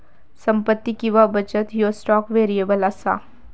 संपत्ती किंवा बचत ह्यो स्टॉक व्हेरिएबल असा